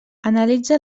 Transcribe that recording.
analitza